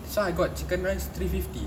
so I got chicken rice three fifty